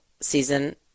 season